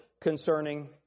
concerning